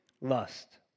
lust